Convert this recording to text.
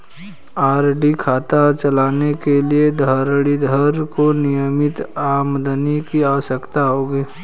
RD खाता चलाने के लिए रणधीर को नियमित आमदनी की आवश्यकता होगी